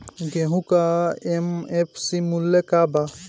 गेहू का एम.एफ.सी मूल्य का बा?